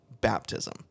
baptism